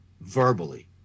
verbally